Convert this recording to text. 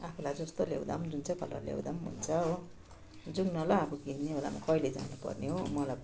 आफूलाई जस्तो ल्याउदा जुन चाहिँ कलर ल्याउँदा हुन्छ हो जाउँ न ल अब किन्ने बेलामा कहिले जानुपर्ने हो मलाई